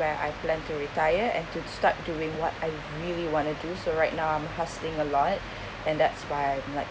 where I plan to retire and to start doing what I really want to do so right now I'm hustling a lot and that's why I'm like